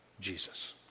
Jesus